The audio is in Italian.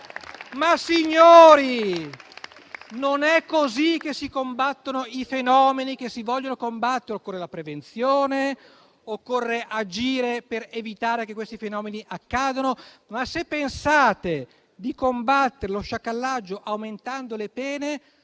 Signori non è così che si fronteggiano i fenomeni che si vogliono combattere; occorre la prevenzione e agire per evitare che essi accadano. Se pensate di combattere lo sciacallaggio aumentando le pene,